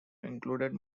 included